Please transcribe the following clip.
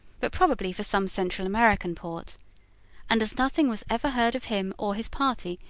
but probably for some central american port and as nothing was ever heard of him or his party,